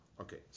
Okay